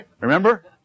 Remember